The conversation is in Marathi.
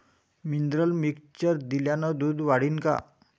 मिनरल मिक्चर दिल्यानं दूध वाढीनं का?